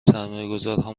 سرمایهگذارها